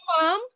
mom